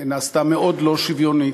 נעשתה מאוד לא-שוויונית,